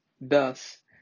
Thus